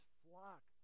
flock